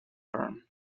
firm